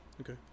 Okay